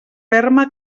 ferma